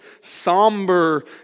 somber